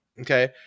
Okay